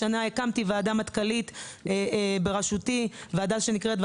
השנה הקמתי ועדה מטכ"לית בראשותי שנקראת: